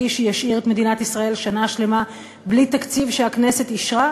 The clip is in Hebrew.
שישאיר את מדינת ישראל שנה שלמה בלי תקציב שהכנסת אישרה,